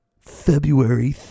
February